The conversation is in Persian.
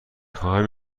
خواهم